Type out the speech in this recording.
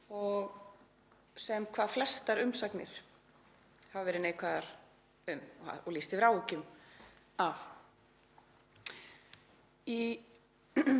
og sem hvað flestar umsagnir hafa verið neikvæðar um og lýst yfir áhyggjum af. Í 6.